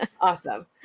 Awesome